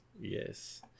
Yes